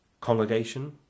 congregation